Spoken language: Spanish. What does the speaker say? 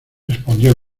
respondió